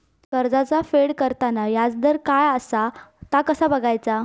कर्जाचा फेड करताना याजदर काय असा ता कसा बगायचा?